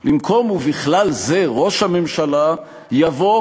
בממשלה",/ במקום "ובכלל זה ראש הממשלה" יבוא